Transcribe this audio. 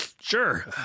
Sure